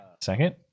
second